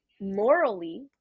morally